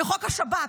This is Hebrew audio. וחוק השב"כ,